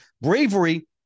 bravery